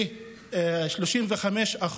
ל-35%.